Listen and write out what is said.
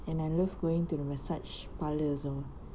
and I love going to the massage parlour also